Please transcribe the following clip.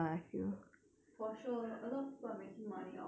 for sure a lot of people are making money off social media also